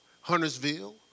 huntersville